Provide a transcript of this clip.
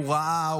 הוא ראה,